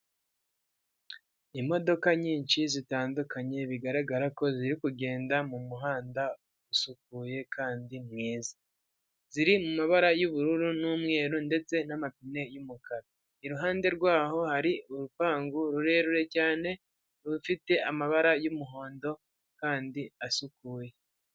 Imodoka nyinshi zitandukanye bigaragara ko ziri kugenda mu muhanda usukuye kandi mwiza, ziri mu mabara y'ubururu n'umweru ndetse n'amapine y'umukara, iruhande rwaho hari urupangu rurerure cyane rufite amabara y'umuhondo kandi asukuye.